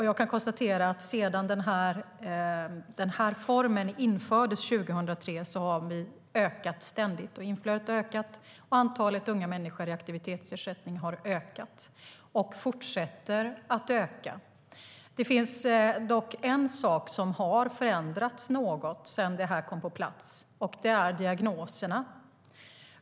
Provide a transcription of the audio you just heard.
Jag kan konstatera att sedan den här formen infördes 2003 har inflödet ständigt ökat, och antalet unga människor i aktivitetsersättning har ökat och fortsätter att öka. Det finns dock en sak som har förändrats något sedan detta kom på plats. Det är diagnoserna.